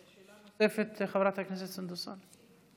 שאלה נוספת לחברת סונדוס סאלח.